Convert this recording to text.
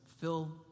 fill